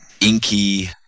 inky